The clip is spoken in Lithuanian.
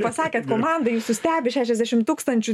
pasakėt komanda jūsų stebi šešiasdešim tūkstančių